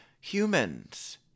humans